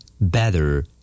Better